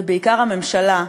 ובעיקר הממשלה,